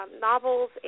novels